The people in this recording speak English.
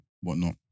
whatnot